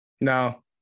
No